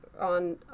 on